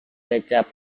kecap